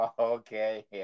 Okay